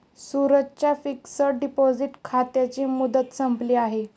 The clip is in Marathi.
सूरजच्या फिक्सड डिपॉझिट खात्याची मुदत संपली आहे